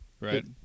Right